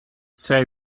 say